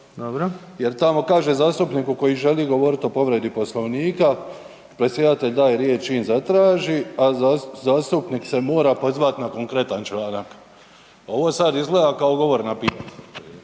Jer tamo kaže zastupniku koji želi govoriti o povredi Poslovnika, predsjedatelj daje riječ čim zatraži a zastupnik se mora pozvat na konkretan članak. Ovo sad izgleda kao .../Govornik